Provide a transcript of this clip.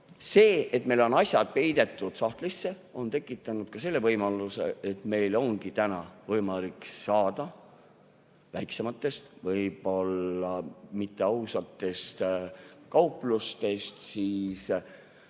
See, et meil on asjad peidetud sahtlisse, on tekitanud ka selle võimaluse, et meil ongi täna võimalik saada väiksematest, võib-olla mitteausatest kauplustest